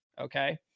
Okay